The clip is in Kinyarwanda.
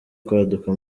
kwaduka